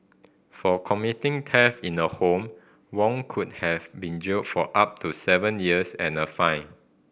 for committing theft in a home Wong could have been jailed for up to seven years and fined